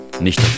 nicht